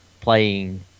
playing